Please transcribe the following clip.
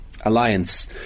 alliance